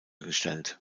gestellt